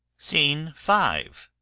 scene five.